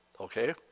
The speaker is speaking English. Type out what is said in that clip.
okay